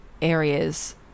areas